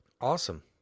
Awesome